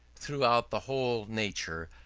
throughout the whole nature,